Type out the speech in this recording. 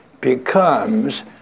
becomes